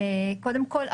קודם כול,